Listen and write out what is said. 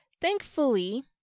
Thankfully